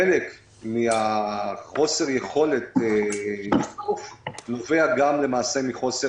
חלק מחוסר היכולת נובע גם למעשה מחוסר